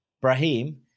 Brahim